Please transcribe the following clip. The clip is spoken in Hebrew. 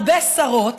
הרבה שרות,